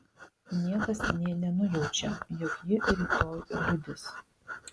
niekas nė nenujaučia jog ji rytoj liudys